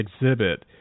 exhibit